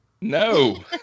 No